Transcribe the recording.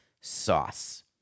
sauce